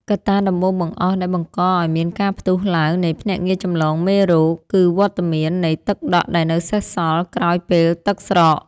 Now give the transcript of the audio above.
កត្តាដំបូងបង្អស់ដែលបង្កឱ្យមានការផ្ទុះឡើងនៃភ្នាក់ងារចម្លងមេរោគ គឺវត្តមាននៃទឹកដក់ដែលនៅសេសសល់ក្រោយពេលទឹកស្រក។